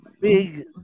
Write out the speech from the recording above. Big